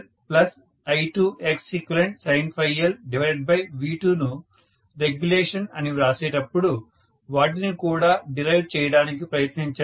మీరు I2ReqcosLI2XeqsinLV2ను రెగ్యులేషన్ అని వ్రాసేటప్పుడు వాటిని కూడా డిరైవ్ చేయడానికి ప్రయత్నించండి